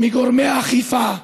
מגורמי האכיפה.